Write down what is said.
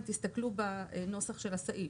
אם תסתכלו בנוסח של הסעיף.